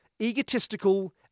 egotistical